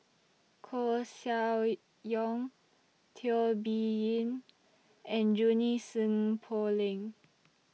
Koeh Sia Yong Teo Bee Yen and Junie Sng Poh Leng